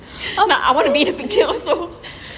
oh nak I want to be the picture also